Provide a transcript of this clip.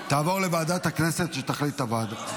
תעבור לוועדת הכנסת שתחליט על הוועדה.